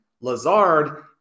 Lazard